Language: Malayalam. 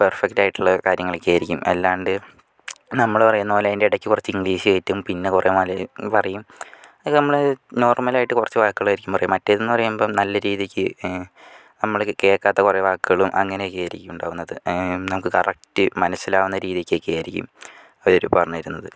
പെർഫെക്റ്റ് ആയിട്ടുള്ള കാര്യങ്ങളൊക്കെ ആയിരിക്കും അല്ലാണ്ട് നമ്മൾ പറയുന്നതു പോലെ അതിൻ്റെ ഇടയ്ക്ക് കുറച്ച് ഇംഗ്ലീഷ് കയറ്റും പിന്നെ കുറെ മലയാളം പറയും അത് നമ്മളെ നോർമൽ ആയിട്ട് കുറച്ചു വാക്കുകളായിരിക്കും പറയുക മറ്റേതെന്ന് പറയുമ്പോൾ നല്ല രീതിക്ക് നമ്മൾ കേൾക്കാത്ത കുറെ വാക്കുകളും അങ്ങനെയൊക്കെയായിരിക്കും ഉണ്ടാകുന്നത് നമുക്ക് കറക്റ്റ് മനസ്സിലാകുന്ന രീതിക്കൊക്കെ ആയിരിക്കും അവർ പറഞ്ഞു തരുന്നത്